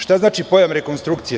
Šta znači pojam rekonstrukcije?